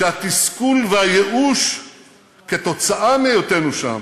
שהתסכול והייאוש כתוצאה מהיותנו שם